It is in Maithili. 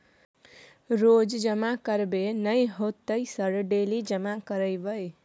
रोज जमा करबे नए होते सर डेली जमा करैबै?